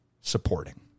supporting